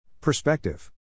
Perspective